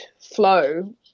flow